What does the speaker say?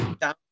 down